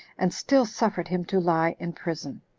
and still suffered him to lie in prison.